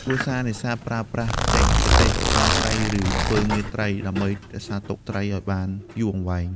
គ្រួសារនេសាទប្រើប្រាស់ បច្ចេកទេសហាលត្រី ឬ ធ្វើងៀតត្រីដើម្បីរក្សាទុកត្រីឱ្យបានយូរអង្វែង។